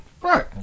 Right